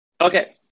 Okay